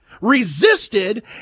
resisted